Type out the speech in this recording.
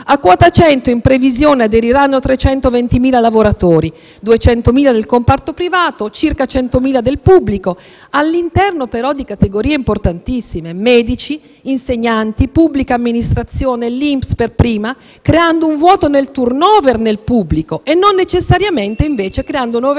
A quota 100, in previsione, aderiranno 320.000 lavoratori, 200.000 del comparto privato e circa 100.000 del pubblico, all'interno, però, di categorie importantissime: medici, insegnanti, pubblica amministrazione, l'INPS per prima, creando un vuoto nel *turn over* nel pubblico e non necessariamente, invece, creando nuove assunzioni